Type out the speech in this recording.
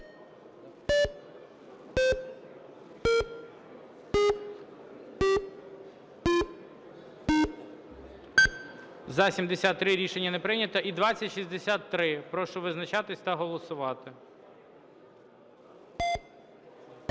За-73 Рішення не прийнято. І 2063. Прошу визначатись та голосувати.